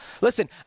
Listen